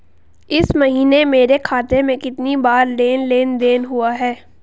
इस महीने मेरे खाते में कितनी बार लेन लेन देन हुआ है?